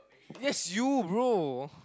yes you bro